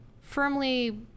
firmly